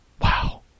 Wow